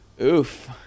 Oof